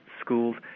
schools